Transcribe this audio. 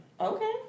Okay